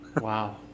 Wow